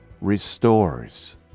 restores